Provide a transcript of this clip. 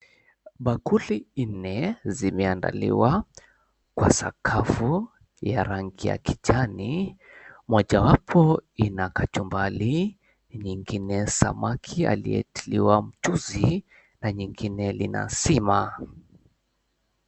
Bakuli nne zimeandaliwa kwa sakafu ya rangi ya kijani. Mojawapo ina kachumbari , nyingine samaki aliyetiliwa mchuzi na nyingine lina sima.